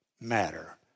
matter